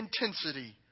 intensity